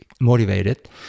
motivated